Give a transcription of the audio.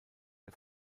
der